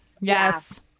Yes